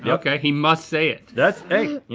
yeah okay, he must say it. that's hey, you